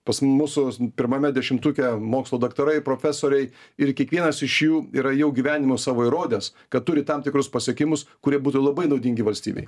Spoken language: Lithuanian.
pas mūsų pirmame dešimtuke mokslo daktarai profesoriai ir kiekvienas iš jų yra jau gyvenimu savo įrodęs kad turi tam tikrus pasiekimus kurie būtų labai naudingi valstybei